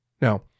Now